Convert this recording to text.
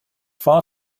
far